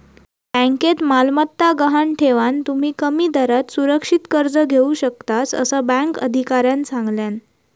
बँकेत मालमत्ता गहाण ठेवान, तुम्ही कमी दरात सुरक्षित कर्ज घेऊ शकतास, असा बँक अधिकाऱ्यानं सांगल्यान